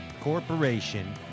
Corporation